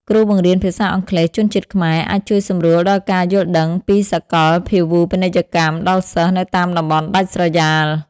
គ្រូបង្រៀនភាសាអង់គ្លេសជនជាតិខ្មែរអាចជួយសម្រួលដល់ការយល់ដឹងពីសកលភាវូបនីយកម្មដល់សិស្សនៅតាមតំបន់ដាច់ស្រយាល។